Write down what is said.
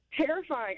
terrifying